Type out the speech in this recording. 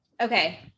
Okay